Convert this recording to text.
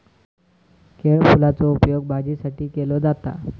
केळफुलाचो उपयोग भाजीसाठी केलो जाता